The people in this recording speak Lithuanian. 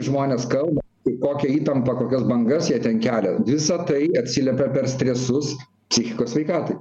žmonės kalba kokią įtampą kokias bangas jie ten kelia visa tai atsiliepia stresus psichikos sveikatai